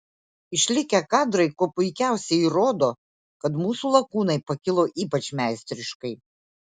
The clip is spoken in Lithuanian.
išlikę kadrai kuo puikiausiai įrodo kad mūsų lakūnai pakilo ypač meistriškai